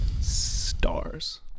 stars